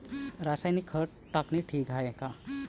रासायनिक खत टाकनं ठीक हाये का?